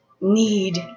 need